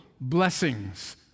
blessings